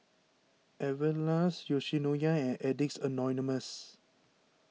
Everlast Yoshinoya and Addicts Anonymous